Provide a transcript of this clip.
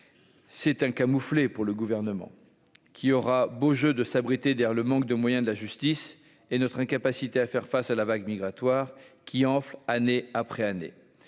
C'est un camouflet pour le gouvernement, qui aura beau jeu de s'abriter derrière le manque de moyens de la justice et notre incapacité à faire face à la vague migratoire qui enfle, année après année,